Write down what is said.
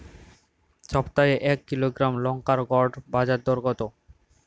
সপ্তাহে এক কিলোগ্রাম লঙ্কার গড় বাজার দর কতো?